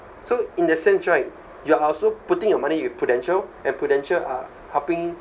so in that sense right you are also putting your money with prudential and prudential are helping